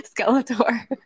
Skeletor